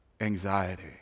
anxiety